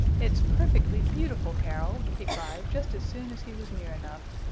it's perfectly beautiful, carol! he cried, just as soon as he was near enough.